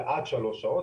זה עד שלוש שעות.